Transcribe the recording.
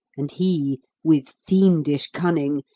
and he, with fiendish cunning,